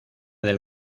del